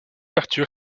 arthur